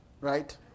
Right